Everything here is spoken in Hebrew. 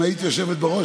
אם היית יושבת בראש,